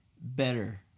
better